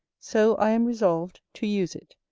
so i am resolved to use it,